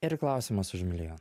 ir klausimas už milijoną